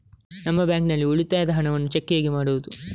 ನಮ್ಮ ಬ್ಯಾಂಕ್ ನಲ್ಲಿ ಉಳಿತಾಯದ ಹಣವನ್ನು ಚೆಕ್ ಹೇಗೆ ಮಾಡುವುದು?